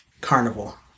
Carnival